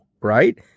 right